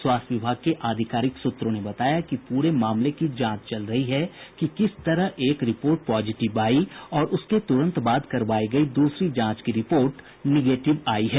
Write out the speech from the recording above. स्वास्थ्य विभाग के आधिकारिक सूत्रों ने बताया कि पूरे मामले की जांच चल रही है कि किस तरह एक रिपोर्ट पॉजिटिव आयी और उसके तुरंत बाद करवायी गयी दूसरी जांच की रिपोर्ट निगेटिव आयी है